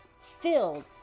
filled